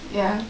ya